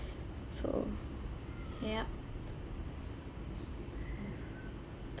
so yup